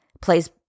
plays